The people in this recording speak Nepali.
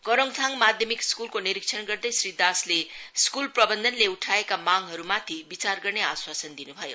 करोडथाङ माध्यमिक स्क्लको निरीक्षण गर्दै श्री दासले स्कूल प्रबन्धनले उठाएका मांगहरूमाथि विचार गर्ने आश्वासन दिन् भयो